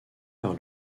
par